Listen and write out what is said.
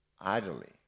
idly